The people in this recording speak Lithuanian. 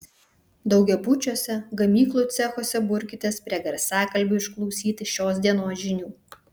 daugiabučiuose gamyklų cechuose burkitės prie garsiakalbių išklausyti šios dienos žinių